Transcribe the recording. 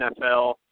NFL